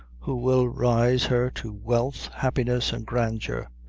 who will rise her to wealth, happiness and grandeur.